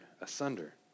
asunder